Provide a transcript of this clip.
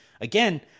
again